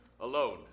alone